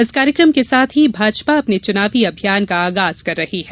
इस कार्यक्रम के साथ ही भाजपा अपने चुनावी अभियान का आगाज कर रही है